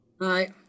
hi